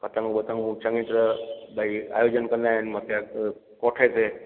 पतंगू बतंगू चङी तरह भई आयोजन कंदा आहिनि मथे कोठे ते